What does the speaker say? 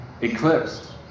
eclipsed